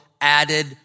added